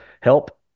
help